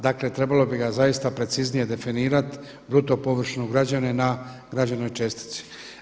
Dakle, trebalo bi ga zaista preciznije definirati bruto površinu … na građevnoj čestici.